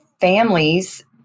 families